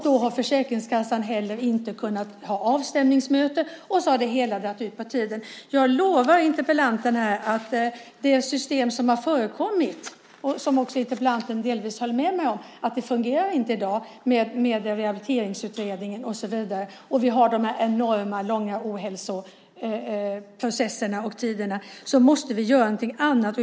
Då har Försäkringskassan inte kunnat ha avstämningsmöten, och så har det hela dragit ut på tiden. Interpellanten höll delvis med mig om att det system som har varit inte har fungerat när det gäller rehabiliteringsutredningen och så vidare. Vi har enormt långa ohälsoprocesser. Vi måste därför göra något annat.